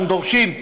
אנחנו דורשים,